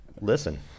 listen